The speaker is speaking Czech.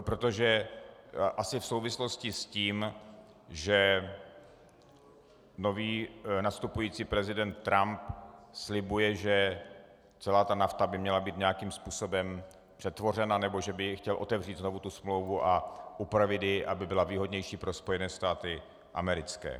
Protože asi v souvislosti s tím, že nový nastupující prezident Trump slibuje, že celá NAFTA by měla být nějaký způsobem přetvořena, nebo že by chtěl otevřít znovu tu smlouvu a upravit ji, aby byla výhodnější pro Spojené státy americké.